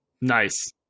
Nice